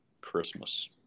christmas